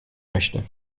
möchte